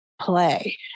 play